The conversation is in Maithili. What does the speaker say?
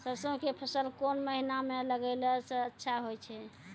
सरसों के फसल कोन महिना म लगैला सऽ अच्छा होय छै?